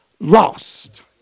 lost